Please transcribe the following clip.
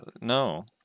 no